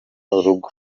urugo